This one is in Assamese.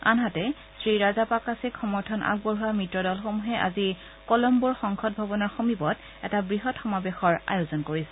আনহাতে শ্ৰীৰাজাপাকছেক সমৰ্থন আগবঢ়োৱা মিত্ৰ দলসমূহে আজি কলম্বোৰ সংসদ ভৱনৰ সমীপত এটা বৃহৎ সমাৱেশৰ আয়োজন কৰিছে